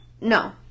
No